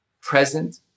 present